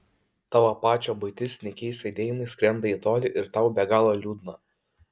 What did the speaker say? tavo pačio buitis nykiais aidėjimais skrenda į tolį ir tau be galo liūdna